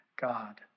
God